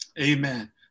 Amen